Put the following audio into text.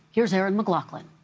here's aaron mcloughlin.